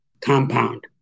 compound